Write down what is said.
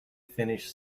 finished